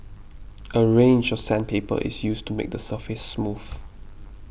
a range of sandpaper is used to make the surface smooth